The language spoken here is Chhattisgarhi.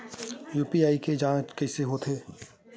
यू.पी.आई के के जांच कइसे होथे?